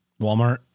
Walmart